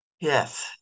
Yes